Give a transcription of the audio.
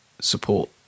support